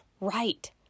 right